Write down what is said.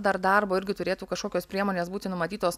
dar darbo irgi turėtų kažkokios priemonės būti numatytos